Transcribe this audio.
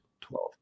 twelve